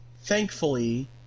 thankfully